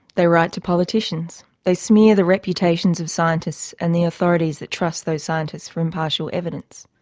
they write to politicians. they smear the reputations of scientists and the authorities that trust those scientists from impartial evidence.